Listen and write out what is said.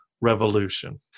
revolution